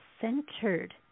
centered